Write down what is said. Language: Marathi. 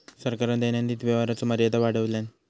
सरकारान दैनंदिन व्यवहाराचो मर्यादा वाढवल्यान